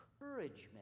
encouragement